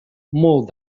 molt